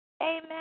Amen